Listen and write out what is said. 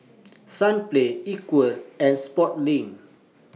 Sunplay Equal and Sportslink